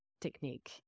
technique